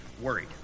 worried